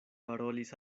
parolis